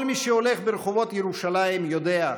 כל מי שהולך ברחובות ירושלים יודע: